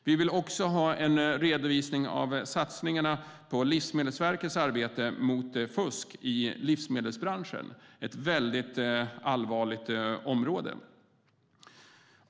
Vi vill också ha en redovisning av satsningarna på Livsmedelsverkets arbete mot fusket i livsmedelsbranschen, som är ett allvarligt område.